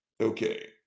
Okay